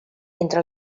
entre